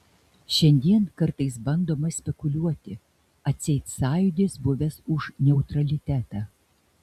šiandien kartais bandoma spekuliuoti atseit sąjūdis buvęs už neutralitetą